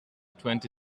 twenty